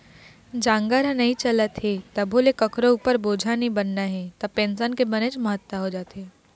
जांगर ह नइ चलत हे तभो ले कखरो उपर बोझा नइ बनना हे त पेंसन के बनेच महत्ता हो जाथे